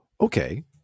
Okay